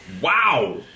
Wow